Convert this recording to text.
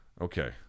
Okay